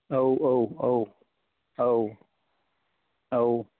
औ औ औ औ औ